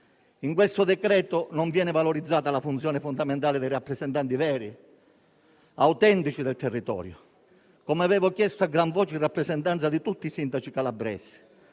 In questo decreto-legge non viene valorizzata la funzione fondamentale dei rappresentanti veri e autentici del territorio, come avevo chiesto a gran voce in rappresentanza di tutti i sindaci calabresi.